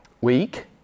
week